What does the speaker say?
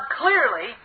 clearly